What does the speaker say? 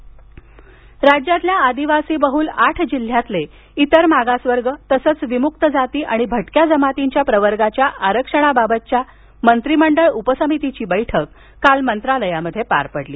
आरक्षण राज्यातल्या आदिवासीबहुल आठ जिल्ह्यांतले इतर मागासवर्ग तसंच विमुक्त जाती आणि भटक्या जमातीच्या प्रवर्गाच्या आरक्षणाबाबतच्या मंत्रिमंडळ उपसमितीची बैठक काल मंत्रालयामध्ये पार पडली